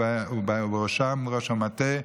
ובראשם ראש המטה,